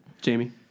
Jamie